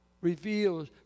reveals